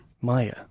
Maya